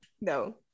No